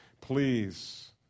Please